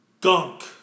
gunk